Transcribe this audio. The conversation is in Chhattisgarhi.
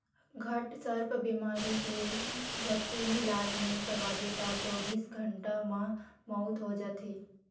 घटसर्प बेमारी के झटकुन इलाज नइ करवाबे त चौबीस घंटा म मउत हो जाथे